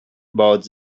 about